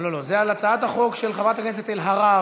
לא, זה על הצעת החוק של חברת הכנסת אלהרר.